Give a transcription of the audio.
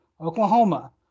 Oklahoma